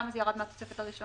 למה זה ירד מהתוספת הראשונה?